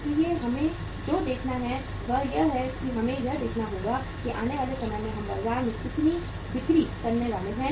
इसलिए हमें जो देखना है वह यह है कि हमें यह देखना होगा कि आने वाले समय में हम बाजार में कितनी बिक्री करने वाले हैं